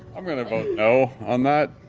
i'm going to vote no on that.